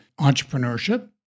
entrepreneurship